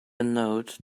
note